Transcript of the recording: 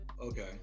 Okay